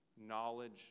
knowledge